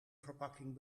verpakking